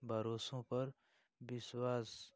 भरोसों पर विश्वास